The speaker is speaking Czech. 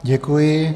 Děkuji.